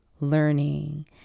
learning